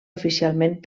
oficialment